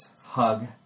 Hug